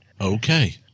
Okay